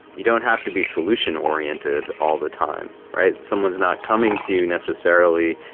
you don't have to be solution-oriented all the time, right? someone's not coming to you, necessarily,